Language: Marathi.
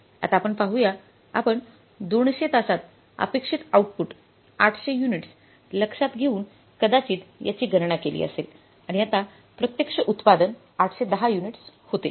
आता आपण पाहूया आपण 200 तासांत अपेक्षित आउटपुट 800 युनिट्स लक्षात घेऊन कदाचित याची गणना केली असेल आणि आता प्रत्यक्ष उत्पादन 810 युनिट्स होते